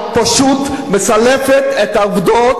את פשוט מסלפת את העובדות,